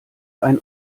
ein